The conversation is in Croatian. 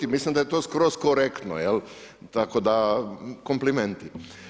I mislim da je to skroz korektno tako da komplimenti.